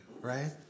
right